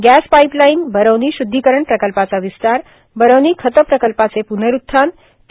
gas pipe line Barauni शुध्दीकरण प्रकल्पाचा विस्तार बरौनी खतं प्रकल्पाचे पूर्नरूत्थान ए